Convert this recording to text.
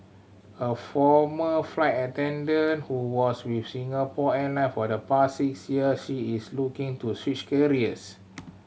a former flight attendant who was with Singapore Airline for the past six years she is looking to switch careers